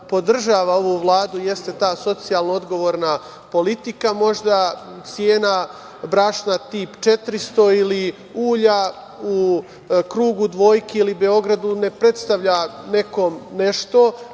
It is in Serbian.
podržava ovu Vladu jeste ta socijalno odgovorna politika. Možda cena brašna tip 400 ili ulja u krugu dvojke ili u Beogradu ne predstavlja nekom nešto,